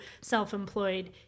self-employed